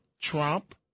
Trump